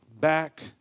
back